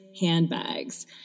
handbags